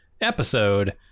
episode